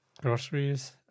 groceries